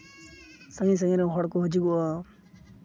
ᱥᱟᱹᱜᱤᱧ ᱥᱟᱹᱜᱤᱧ ᱨᱮᱱ ᱦᱚᱲ ᱠᱚ ᱦᱤᱡᱩᱜᱼᱟ